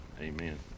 Amen